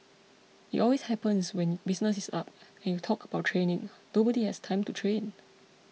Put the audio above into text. it always happens when business is up and you talk about training nobody has time to train